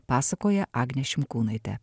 pasakoja agnė šimkūnaitė